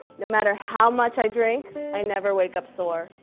no matter how much i drink, i never wake up sore.